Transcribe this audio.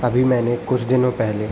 अभी मैंने कुछ दिनों पहले